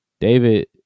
David